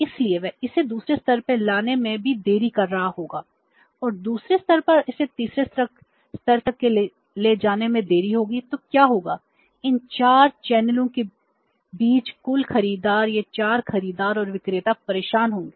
इसलिए वह इसे दूसरे स्तर पर लाने में भी देरी कर रहा होगा और दूसरे स्तर पर इसे तीसरे स्तर तक ले जाने में देरी होगी तो क्या होगा इन 4 चैनलों के बीच कुल खरीदार या ये 4 खरीदार और विक्रेता परेशान होंगे